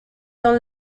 dans